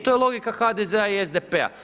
To je logika HDZ-a i SDP-a.